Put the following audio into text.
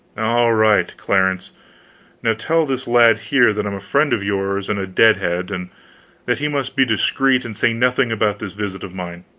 all right, clarence now tell this lad here that i'm a friend of yours and a dead-head and that he must be discreet and say nothing about this visit of mine.